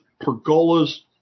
pergolas